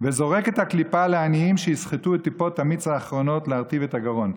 וזורק את הקליפה לעניים שיסחטו את טיפות המיץ האחרונות להרטיב את הגרון,